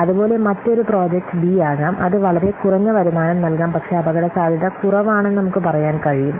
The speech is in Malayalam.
അതുപോലെ മറ്റൊരു പ്രോജക്റ്റ് ബി ആകാം അത് വളരെ കുറഞ്ഞ വരുമാനം നൽകാം പക്ഷേ അപകടസാധ്യത കുറവാണെന്ന് നമുക്ക് പറയാൻ കഴിയും